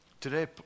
Today